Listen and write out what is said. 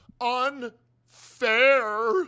Unfair